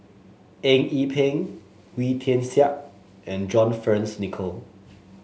Eng Yee Peng Wee Tian Siak and John Fearns Nicoll